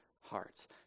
hearts